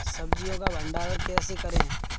सब्जियों का भंडारण कैसे करें?